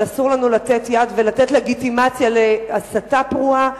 אבל אסור לנו לתת יד ולתת לגיטימציה להסתה פרועה,